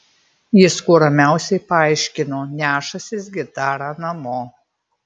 jis kuo ramiausiai paaiškino nešąsis gitarą namo